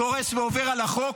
דורס ועובר על החוק,